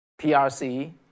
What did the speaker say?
PRC